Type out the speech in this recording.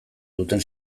duten